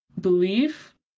belief